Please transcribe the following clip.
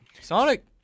Sonic